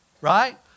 Right